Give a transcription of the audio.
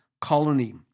colony